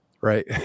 right